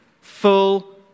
Full